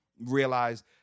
realize